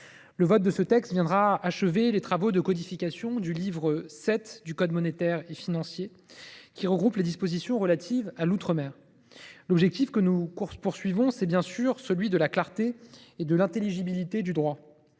Le vote de ce texte viendra achever les travaux de codification du livre VII du code monétaire et financier, qui regroupe les dispositions relatives à l’outre mer. Notre objectif, c’est bien sûr la clarté et de l’intelligibilité du droit.